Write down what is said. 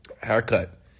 Haircut